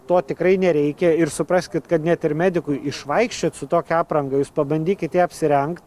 to tikrai nereikia ir supraskit kad net ir medikui išvaikščiot su tokia apranga jūs pabandykit ją apsirengt